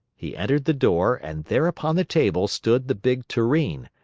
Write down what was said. he entered the door, and there upon the table stood the big tureen,